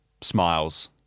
smiles